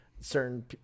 certain